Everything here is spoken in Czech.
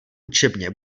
učebně